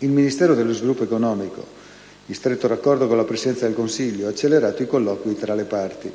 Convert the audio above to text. il Ministero dello sviluppo economico, in stretto raccordo con la Presidenza del Consiglio, ha accelerato i colloqui con le parti.